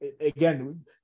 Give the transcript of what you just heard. again